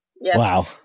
wow